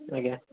ଆଜ୍ଞା